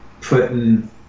putting